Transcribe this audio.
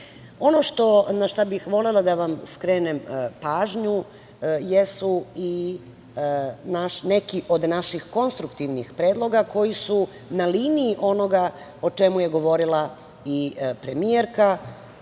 zakon. Ono na šta bih volela da vam skrenem pažnju jesu i neki od naših konstruktivnih predloga koji su na liniji onoga o čemu je govorila premijerka,